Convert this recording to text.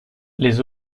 les